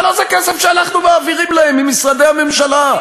הלוא זה כסף שאנחנו מעבירים אליהן ממשרדי הממשלה.